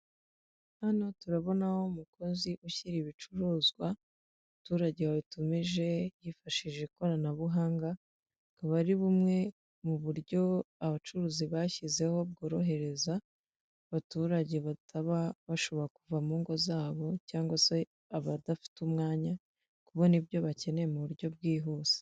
Hano turabonaho umukozi ushyira ibicuruzwa abaturage babitumije yifashishije ikoranabuhanga, akaba ari bumwe mu buryo abacuruzi bashyizeho bworohereza abaturage bataba bashobora kuva mu ngo zabo, cyangwa se abadafite umwanya, kubona ibyo bakeneye mu buryo bwihuse.